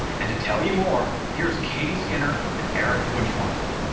and to tell you more, here's katie skinner and erik neuenschwander.